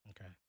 Okay